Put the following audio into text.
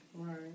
Right